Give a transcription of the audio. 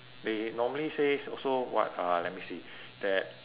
they normally says also what uh let me see that